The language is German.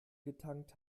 getankt